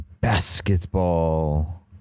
basketball